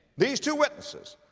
these two witnesses